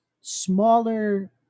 smaller